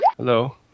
Hello